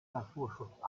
naturschutz